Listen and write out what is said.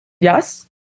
Yes